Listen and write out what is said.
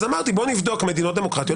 אז אמרתי: בוא נבדוק מדינות דמוקרטיות,